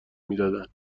میدادن